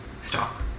stop